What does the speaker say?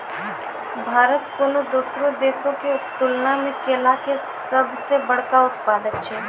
भारत कोनो दोसरो देशो के तुलना मे केला के सभ से बड़का उत्पादक छै